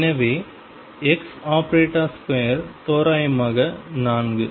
எனவே ⟨x⟩2 தோராயமாக 4